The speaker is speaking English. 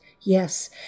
yes